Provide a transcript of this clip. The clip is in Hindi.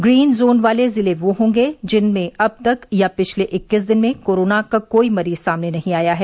ग्रीन जोन वाले जिले वे होंगे जिनमें अब तक या पिछले इक्कीस दिन में कोरोना का कोई मरीज सामने नहीं आया है